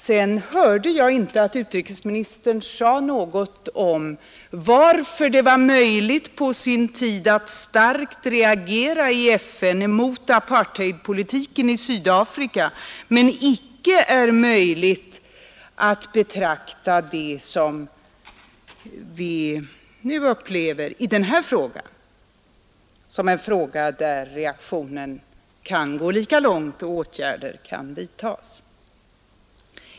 Jag hörde inte heller att utrikesministern sade något om varför det var möjligt på sin tid att starkt reagera i FN emot apartheidpolitiken i Sydafrika men icke är möjligt att betrakta det som vi nu upplever som en fråga där reaktionen kan gå lika långt och åtgärder kan vidtas.